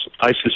ISIS